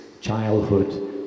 childhood